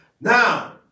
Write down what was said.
Now